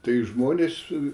tai žmonės